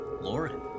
Lauren